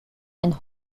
and